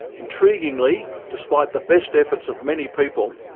intriguingly, despite the best efforts of many people,